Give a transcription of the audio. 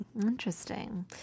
Interesting